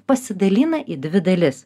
pasidalina į dvi dalis